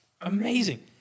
Amazing